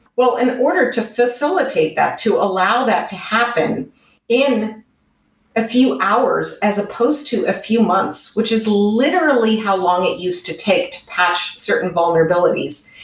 well, in order to facilitate that to allow that to happen in a few hours as supposed to a few months, which is literally how long it used to take to patch certain vulnerabilities,